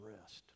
rest